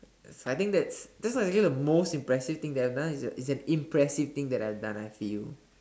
so I think that that's not really the most impressive thing that I have done it's an it's an impressive thing that I have done I feel